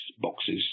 boxes